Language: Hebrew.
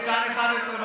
כאן 11, אל תפריע לי.